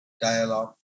dialogue